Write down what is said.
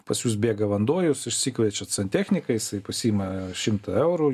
pas jus bėga vanduo jūs išsikviečiat santechniką jis pasiima šimtą eurų